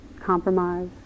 compromise